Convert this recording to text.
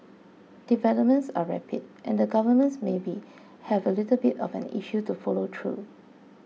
developments are rapid and the governments maybe have a little bit of an issue to follow through